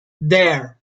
dare